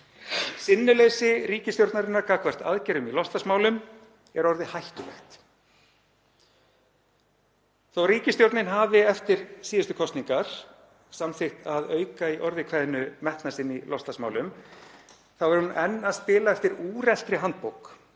Sinnuleysi ríkisstjórnarinnar gagnvart aðgerðum í loftslagsmálum er orðið hættulegt. Þó að ríkisstjórnin hafi eftir síðustu kosningar samþykkt að auka í orði kveðnu metnað sinn í loftslagsmálum, þá er hún enn að spila eftir úreltri handbók,